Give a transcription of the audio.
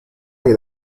اگه